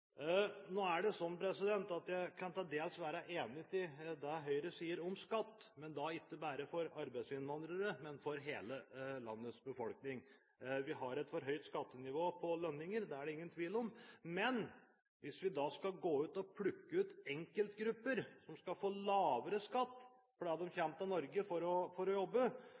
Jeg kan til dels være enig i det Høyre sier om skatt, men da ikke bare for arbeidsinnvandrere, men for hele landets befolkning. Vi har et for høyt skattenivå på lønninger – det er det ingen tvil om. Men hvis vi da skal gå ut og plukke ut enkeltgrupper som skal få lavere skatt fordi de kommer til Norge for å jobbe, så blir det for meg en måte å